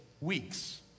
weeks